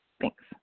thanks